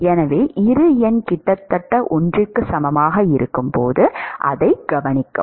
எனவே இரு எண் கிட்டத்தட்ட 1 க்கு சமமாக இருக்கும் போது அதைக் கவனிக்கவும்